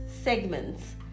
segments